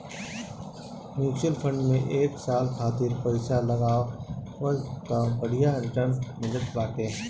mutual fund में एक साल खातिर पईसा लगावअ तअ बढ़िया रिटर्न मिलत बाटे